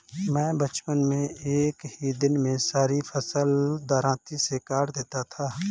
मैं बचपन में एक ही दिन में सारी फसल दरांती से काट देता था